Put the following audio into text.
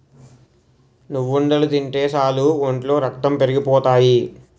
నువ్వుండలు తింటే సాలు ఒంట్లో రక్తం పెరిగిపోతాయి